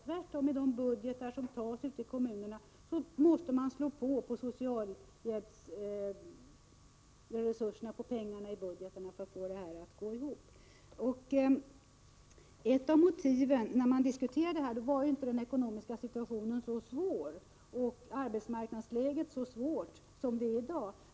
Tvärtom måste man uteikommunerna när man antar budgetar slå på när det gäller socialhjälpsresurser för att få det hela att gå ihop. När förslaget diskuterades var inte den ekonomiska situationen så svår och arbetsmarknadsläget så svårt som i dag.